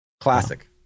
Classic